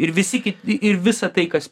ir visi kiti ir visa tai kas